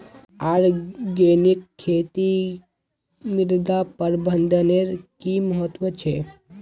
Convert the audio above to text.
organic खेतीत मृदा प्रबंधनेर कि महत्व छे